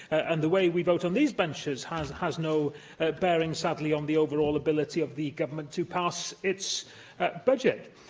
and the way we vote on these benches has has no bearing, sadly, on the overall ability of the government to pass its budget.